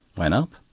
when up,